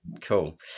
Cool